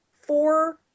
four